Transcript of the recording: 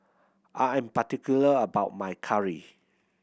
I am particular about my curry